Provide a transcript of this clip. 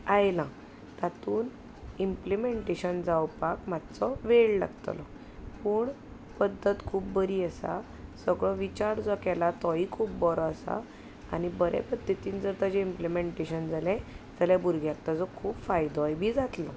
आयलां तांतूून इम्प्लिमँण्टेशन जावपाक मात्सो वेळ लागतलो पूण पद्दत खूब बरी आसा सगळो विचार जो केला तोय खूब बरो आसा आनी बरे पद्दतीन जर ताजें इम्प्लिमँण्टेशन जालें जाल्यार भुरग्यांक ताजो खूब फायदोय बी जातलो